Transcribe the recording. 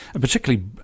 Particularly